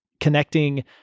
connecting